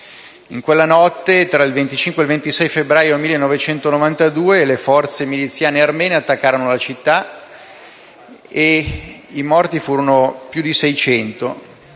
In quella notte tra il 25 e il 26 febbraio 1992, le forze miliziane armene attaccarono la città e i morti furono più di 600,